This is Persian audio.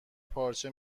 پارچه